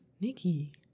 Nikki